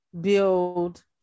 build